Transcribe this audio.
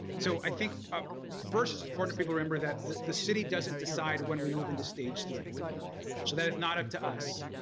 so i think first it's important people remember that the city doesn't decide when we move into stage three so that if not up to us.